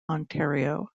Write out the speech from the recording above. ontario